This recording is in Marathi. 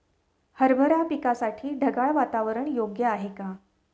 हरभरा पिकासाठी ढगाळ वातावरण योग्य आहे का?